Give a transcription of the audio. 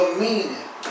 meaning